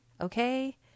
okay